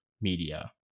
media